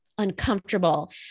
Uncomfortable